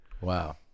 wow